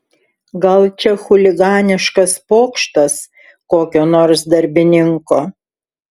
gal čia chuliganiškas pokštas kokio nors darbininko